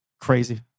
Crazy